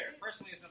Personally